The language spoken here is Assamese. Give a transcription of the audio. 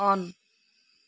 অ'ন